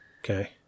Okay